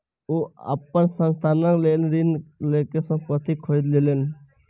ओ अपन संस्थानक लेल ऋण लअ के संपत्ति खरीद लेलैन